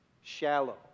shallow